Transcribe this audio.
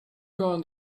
going